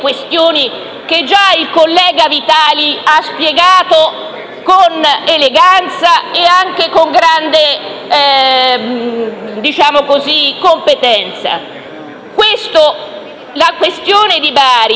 questioni che il collega Vitali ha già spiegato con eleganza e anche con grande competenza. La questione assume